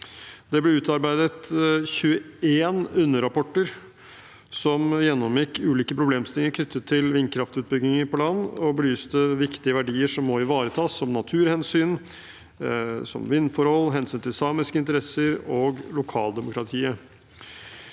Det ble utarbeidet 21 underrapporter, som gjennomgikk ulike problemstillinger knyttet til vindkraftutbygging på land og belyste viktige verdier som må ivaretas, som naturhensyn, vindforhold, hensyn til samiske interesser og lokaldemokratiet.